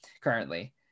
currently